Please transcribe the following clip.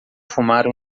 fumar